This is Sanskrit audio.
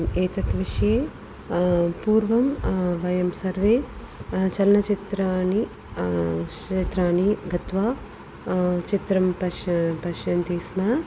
एतत् विषये पूर्वं वयं सर्वे चलनचित्राणि क्षेत्राणि गत्वा चित्रं पश् पश्यन्ति स्म